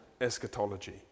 eschatology